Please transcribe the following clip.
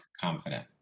confident